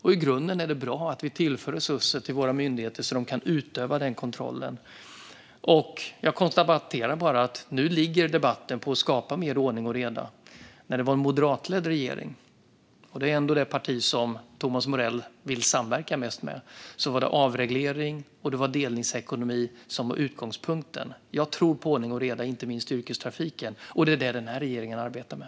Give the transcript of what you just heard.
I grunden är det bra att vi tillför resurser till våra myndigheter så att de kan utöva den kontrollen. Jag konstaterar att nu ligger debatten på att skapa mer ordning och reda. När det var en moderatledd regering, och det är ändå det parti som Thomas Morell vill samverka mest med, var det avreglering och delningsekonomi som var utgångspunkten. Jag tror på ordning och reda inte minst i yrkestrafiken, och det är det som den här regeringen arbetar med.